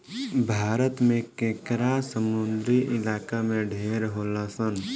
भारत में केकड़ा समुंद्री इलाका में ढेर होलसन